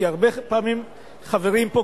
כי הרבה פעמים חברים פה,